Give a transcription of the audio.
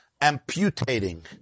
amputating